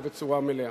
ובצורה מלאה.